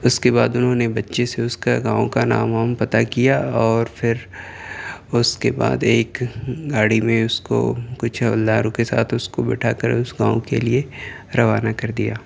اس کے بعد انہوں نے بچے سے اس کا گاؤں کا نام وام پتا کیا اور پھر اس کے بعد ایک گاڑی میں اس کو کچھ حولداروں کے ساتھ اس کو بٹھا کر اس گاؤں کے لیے روانہ کر دیا